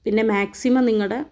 പിന്നെ മാക്സിമം നിങ്ങളുടെ